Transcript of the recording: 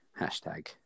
Hashtag